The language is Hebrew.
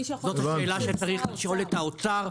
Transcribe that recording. זאת השאלה שצריך לשאול את האוצר.